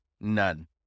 none